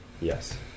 Yes